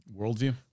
Worldview